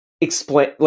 explain